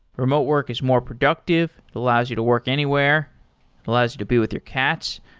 remote work is more productive. it allows you to work anywhere. it allows you to be with your cats.